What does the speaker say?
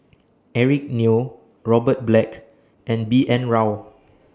Eric Neo Robert Black and B N Rao